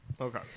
Okay